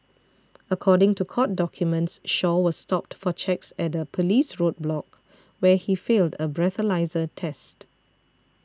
according to court documents Shaw was stopped for checks at a police roadblock where he failed a breathalyser test